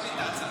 תקפלי את ההצעה.